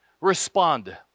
respond